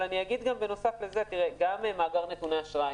אבל גם במאגר נתוני אשראי,